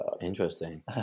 Interesting